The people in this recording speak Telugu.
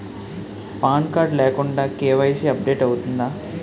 పాన్ కార్డ్ లేకుండా కే.వై.సీ అప్ డేట్ అవుతుందా?